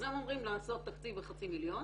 אוקיי, אז הם אומרים לעשות תקציב בחצי מיליון